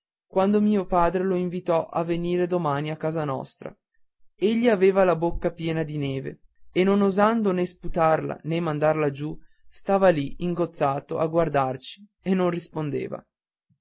quando mio padre lo invitò a venir domani a casa nostra egli aveva la bocca piena di neve e non osando né sputarla né mandarla giù stava lì ingozzato a guardarci e non rispondeva